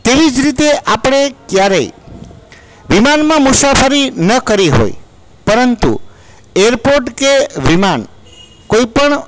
તેવી જ રીતે આપણે ક્યારેય વિમાનમાં મુસાફરી ન કરી હોય પરંતુ એરપોર્ટ કે વિમાન કોઈ પણ